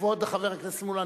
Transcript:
כבוד חבר הכנסת מולה,